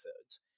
episodes